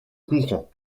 courant